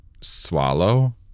swallow